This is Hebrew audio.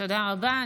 תודה רבה.